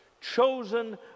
Chosen